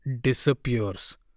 disappears